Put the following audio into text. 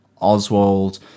Oswald